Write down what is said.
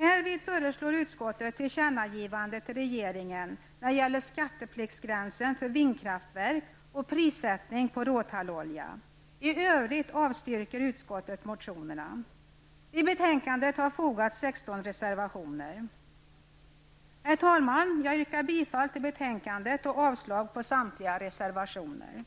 Härvidlag föreslår utskottet ett tillkännagivande till regeringen när det gäller skattepliktsgränsen för vindkraftverk och prissättning på råtallolja. I övrigt avstyrker utskottet motionerna. Till betänkandet har fogats 16 reservationer. Herr talman! Jag yrkar bifall till hemställan i betänkandet och avslag på samtliga reservationer.